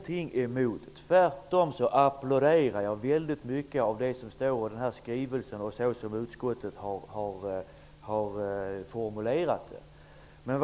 Tvärtom applåderar jag mycket av det som står i skrivelsen, så som utskottet har formulerat det.